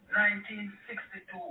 1962